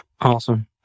Awesome